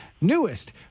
newest